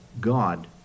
God